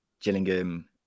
Gillingham